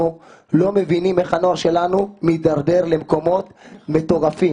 לא מבינים איך הנוער שלנו מתדרדר למקומות מטורפים,